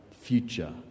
future